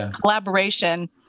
collaboration